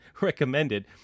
recommended